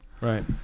Right